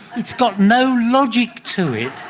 it's got no logic to it.